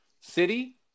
city